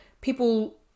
people